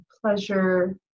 pleasure